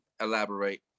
elaborate